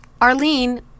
Arlene